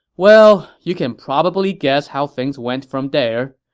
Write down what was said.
well, you can probably guess how things went from there.